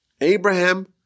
Abraham